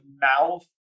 mouth